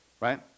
right